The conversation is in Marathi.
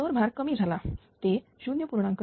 जर भार कमी झाला ते 0